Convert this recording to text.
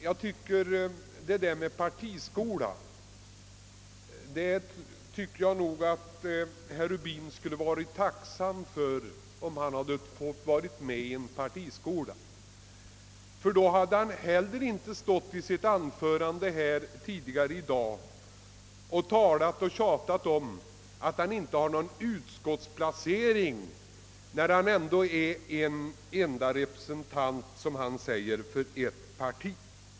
Jag tycker emellertid att herr Rubin skulle ha varit tacksam om han fått vara med i en partiskola, ty då hade han inte 1 sitt anförande tidigare i dag tjatat om att han inte har någon utskottsplacering när han är den ende representanten, som han säger, för ett parti.